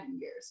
years